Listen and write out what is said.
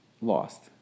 lost